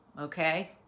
Okay